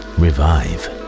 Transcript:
revive